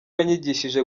yanyigishije